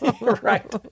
Right